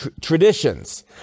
traditions